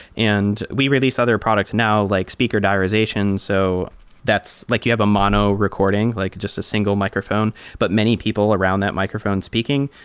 and we released other products now, like speaker diarization. so like you have a mono recording, like just a single microphone, but many people around that microphone speaking.